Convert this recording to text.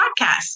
podcast